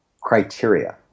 criteria